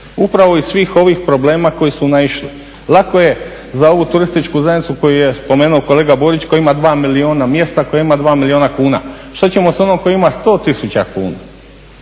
upravo iz svih ovih problema koji su naišli. Lako je za ovu turističku zajednicu koju je spomenuo kolega Burić koji ima 2 milijuna mjesta, koja ima 2 milijuna kuna. Što ćemo s onom koja ima 100 tisuća kuna?